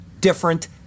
different